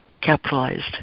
capitalized